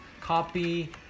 copy